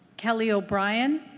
kelly o'brien?